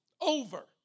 over